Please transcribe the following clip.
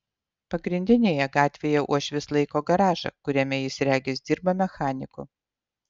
pagrindinėje gatvėje uošvis laiko garažą kuriame jis regis dirba mechaniku